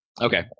Okay